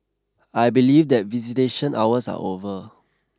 I believe that visitation hours are over